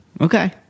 Okay